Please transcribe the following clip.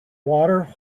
water